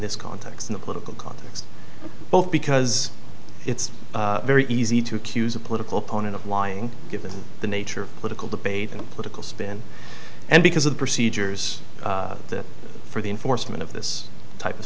this context in the political context both because it's very easy to accuse a political opponent of lying given the nature of political debate in a political spin and because the procedures for the enforcement of this type of